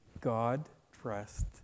God-dressed